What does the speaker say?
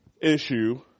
Issue